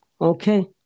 Okay